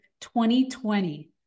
2020